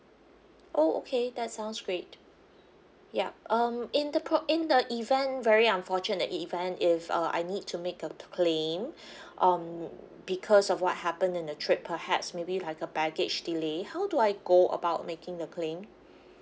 oh okay that sounds great yup um in the pro~ in the event very unfortunate event if uh I need to make a claim um because of what happened in the trip perhaps maybe like a baggage delay how do I go about making the claim